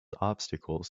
obstacles